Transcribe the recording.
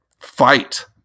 fight